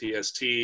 TST